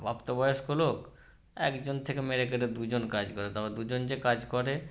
প্রাপ্তবয়স্ক লোক একজন থেকে মেরে কেটে দুজন কাজ করে তারপর দুজন যে কাজ করে